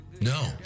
No